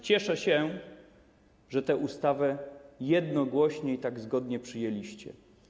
Cieszę się, że tę ustawę jednogłośnie i zgodnie przyjęliście.